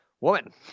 woman